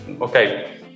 Okay